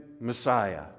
Messiah